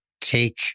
take